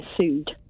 sued